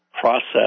process